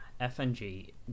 FNG